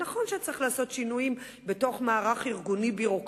זה נכון שצריך לעשות שינויים במערך הארגוני-ביורוקרטי,